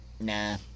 nah